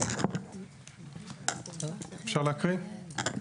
אפשר להקריא?